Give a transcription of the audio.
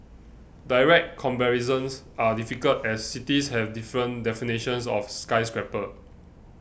direct comparisons are difficult as cities have different definitions of skyscraper